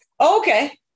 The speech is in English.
Okay